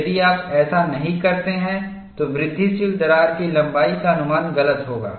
यदि आप ऐसा नहीं करते हैं तो वृद्धिशील दरार की लंबाई का अनुमान गलत होगा